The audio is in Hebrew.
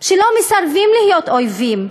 שלא מסרבים להיות אויבים.